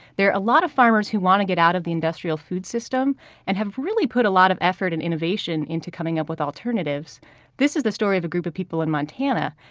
there are a lot of farmers who want to get out of the industrial food system and have really put a lot of effort and innovation into coming up with alternatives this is the story of a group of people in montana.